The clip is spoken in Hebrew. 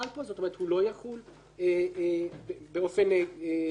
כלומר הוא לא יחול באופן מלא,